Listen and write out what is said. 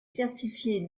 certifié